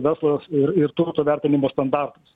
verslo ir ir turto vertinimo standartus